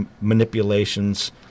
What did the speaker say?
manipulations